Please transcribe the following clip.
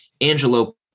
Angelo